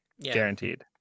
Guaranteed